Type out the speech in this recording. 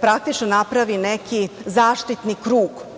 praktično napravi neki zaštitni krug. Možda